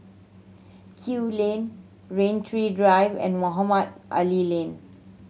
Kew Lane Rain Tree Drive and Mohamed Ali Lane